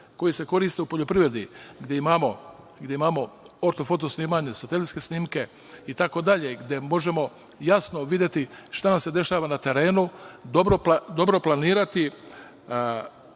koje se koriste u poljoprivredi, gde imamo orto-foto snimanje, satelitske snimke, itd, gde možemo jasno videti šta nam se dešava na terenu, dobro planirati,